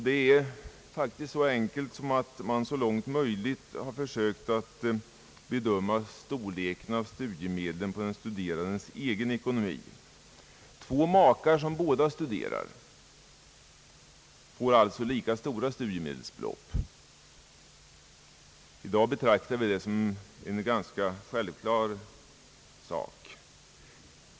Det förhåller sig på det sättet att man har försökt bedöma storleken av studiemedlen på grundval av den studerandes egen ekonomi. Två makar som båda studerar får alltså lika stora studiemedelsbelopp. I dag betraktar vi det såsom självklart.